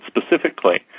specifically